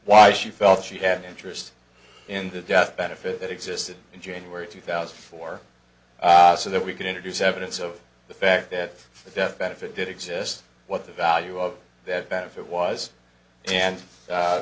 why she felt she had an interest in the death benefit that existed in january two thousand and four so that we could introduce evidence of the fact that the death benefit did exist what the value of that benefit was and